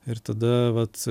ir tada vat